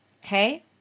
hey